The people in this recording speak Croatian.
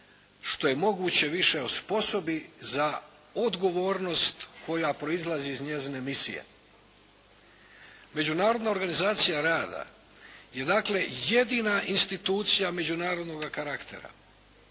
što je moguće više osposobi za odgovornost koja proizlazi iz njezine misije. Međunarodna organizacija rada je dakle jedina institucija međunarodnoga karaktera